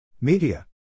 Media